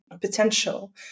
potential